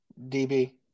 DB